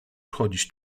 chodzić